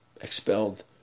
expelled